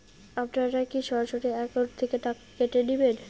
আপনারা কী সরাসরি একাউন্ট থেকে টাকা কেটে নেবেন?